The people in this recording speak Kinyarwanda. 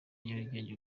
nyarugenge